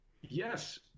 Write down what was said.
Yes